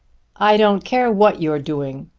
i don't care what you're doing,